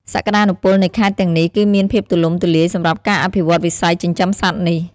សក្តានុពលនៃខេត្តទាំងនេះគឺមានភាពទូលំទូលាយសម្រាប់ការអភិវឌ្ឍវិស័យចិញ្ចឹមសត្វនេះ។